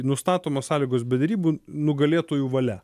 nustatomos sąlygos be derybų nugalėtojų valia